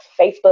Facebook